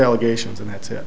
allegations and thats it